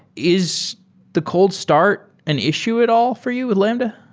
is the cold start an issue it all for you with lambda?